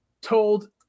told